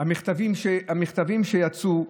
המכתבים שיצאו,